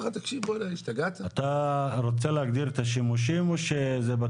אתה רוצה להגדיר את השימושים או שזה פתוח?